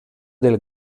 del